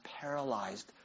paralyzed